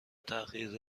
تغییر